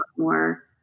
more